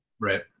Right